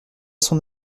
son